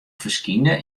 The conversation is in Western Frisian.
ferskynde